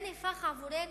עבורנו,